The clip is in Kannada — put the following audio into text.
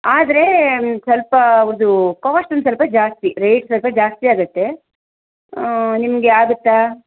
ಆದರೆ ಸ್ವಲ್ಪ ಒಂದು ಕಾಸ್ಟ್ ಒಂದು ಸ್ವಲ್ಪ ಜಾಸ್ತಿ ರೇಟ್ ಸ್ವಲ್ಪ ಜಾಸ್ತಿ ಆಗತ್ತೆ ನಿಮಗೆ ಆಗತ್ತಾ